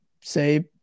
say